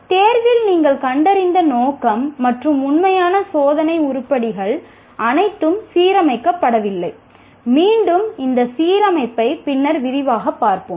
தேர்வில் நீங்கள் கண்டறிந்த நோக்கம் மற்றும் உண்மையான சோதனை உருப்படிகள் அனைத்தும் சீரமைக்கப்படவில்லை மீண்டும் இந்த சீரமைப்பை பின்னர் விரிவாகப் பார்ப்போம்